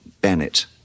Bennett